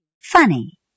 Funny